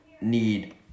need